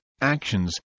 actions